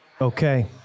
Okay